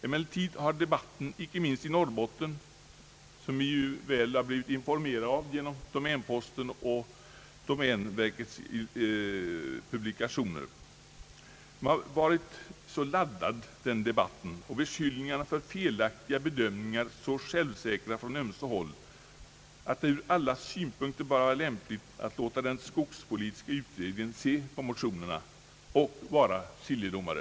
Emellertid har debatten icke minst i Norrland, vilket vi blivit väl informerade om genom Domänposten och domänverkets övriga publikationer, varit så laddad och beskyllningarna för felaktiga bedömningar så självsäkra från ömse håll, att det från alla synpunkter bör vara lämpligt att låta den skogspolitiska utredningen se på motionerna och vara skiljedomare.